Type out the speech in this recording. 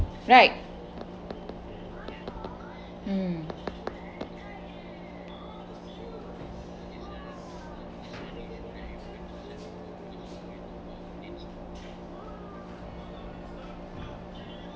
right mm